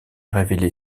révéler